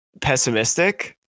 pessimistic